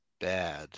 bad